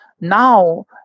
now